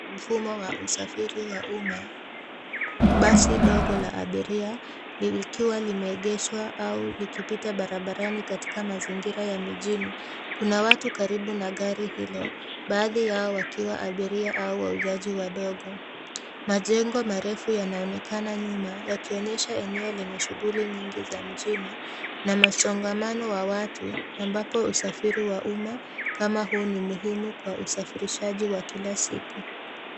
Ni mfumo wa usafiri wa umma. Basi dogo la abiria likiwa limeegeshwa au likipita barabarani katika mazingira ya mijini. Kuna watu karibu na gari hilo badhi yao wakiwa abiria au wauzaji wadogo. Majengo marefu yanaonekana nyuma yakionyesha eneo lenye shughuli nyingi za mjini na msongamano wa watu ambapo usafiri wa umma kama huu ni muhimu kwa usafirishaji wa kila siku.